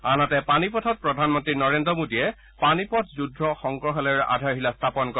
আনহাতে পানীপথত প্ৰধানমন্ত্ৰী নৰেন্দ্ৰ মোদীয়ে পানীপথ যুদ্ধ সংগ্ৰহালয়ৰ আধাৰশিলা স্থাপন কৰে